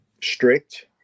strict